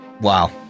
Wow